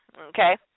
Okay